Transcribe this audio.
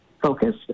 Focus